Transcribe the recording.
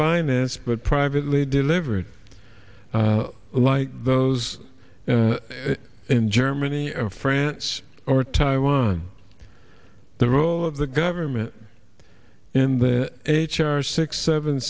financed but privately delivered like those in germany or france or taiwan the role of the government in the h r six seven